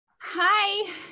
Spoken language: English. Hi